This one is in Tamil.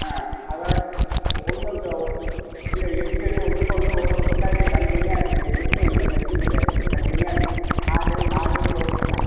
ஆ அதுதான் இருக்குங்க இப்போ ஒன்றுக்கு இல்லை எதுக்கு எது ஒன்றுக்கு ஒன்று ஒவ்வொரு கொட்டாய்லேயும் தனித்தனியாக இருக்கும் எதுக்கும் எந்த டச்சும் கிடையாது தனித்தனியாக இருக்கும் ஆடு மாடு கோழிக்கெல்லாம்